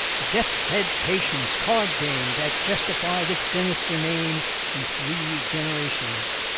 the death's head patience card game that justified its sinister name in three generations.